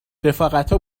رفاقتا